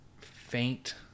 faint